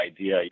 idea